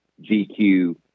GQ